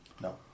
No